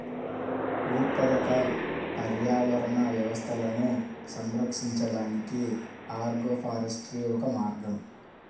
ఉత్పాదక పర్యావరణ వ్యవస్థలను సంరక్షించడానికి ఆగ్రోఫారెస్ట్రీ ఒక మార్గం